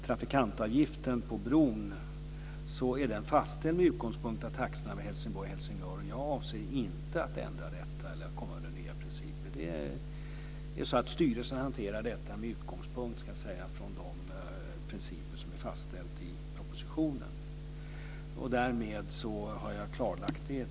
Trafikantavgiften vad gäller bron är fastställd med utgångspunkt i taxorna mellan Helsingborg och Helsingör och jag avser inte att ändra detta eller att komma med nya principer. Styrelsen hanterar detta med utgångspunkt i de principer som fastställts i propositionen. Därmed har jag tydligt klarlagt det.